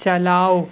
چلاؤ